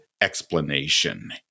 explanation